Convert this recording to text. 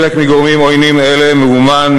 חלק מגורמים עוינים אלה מאומן,